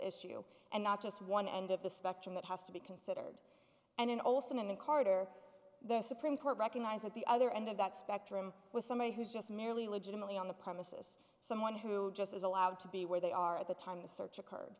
issue and not just one end of the spectrum that has to be considered and in olson and carter the supreme court recognized at the other end of that spectrum was somebody who's just merely legitimately on the premises someone who just is allowed to be where they are at the time the search occurred